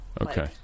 Okay